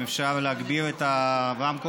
אם אפשר להגביר את הרמקול.